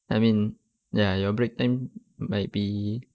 I mean ya your break time might be